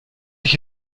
ich